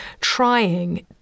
trying